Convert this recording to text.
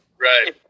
Right